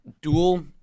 dual